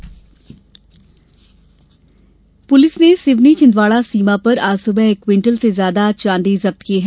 हथियार जब्त पुलिस ने सिवनी छिंदवाड़ा सीमा पर आज सुबह एक क्विंटल से ज्यादा चाँदी जब्त की है